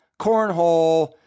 cornhole